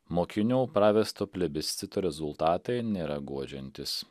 mokinių pravesto plebiscito rezultatai nėra guodžiantys